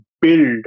build